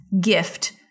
gift